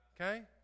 Okay